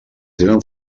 tenen